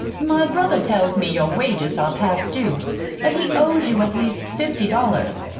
my brother tells me your wages are past due that he owes you at least fifty dollars.